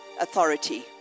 authority